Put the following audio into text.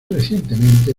recientemente